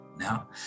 now